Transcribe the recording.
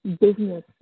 business